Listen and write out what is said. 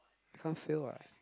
can't fail [what]